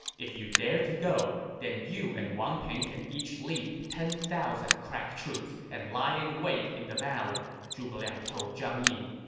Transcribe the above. if you dare to go, then you and wang ping can each lead ten thousand crack troops and lie in wait in the valley, zhuge liang told zhang yi.